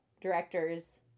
directors